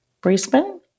Brisbane